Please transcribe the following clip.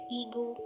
ego